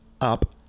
up